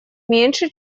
меньше